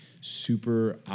super